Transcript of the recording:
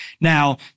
Now